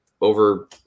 over